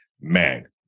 man